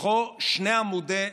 בפתחו שני עמודי נחושת: